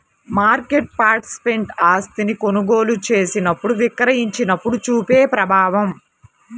market participant ఆస్తిని కొనుగోలు చేసినప్పుడు, విక్రయించినప్పుడు చూపే ప్రభావం